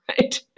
right